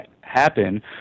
happen